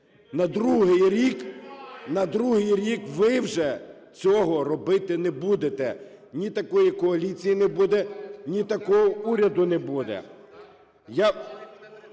На другий рік ви вже цього робити не будете! Ні такої коаліції не буде, ні такого уряду не буде.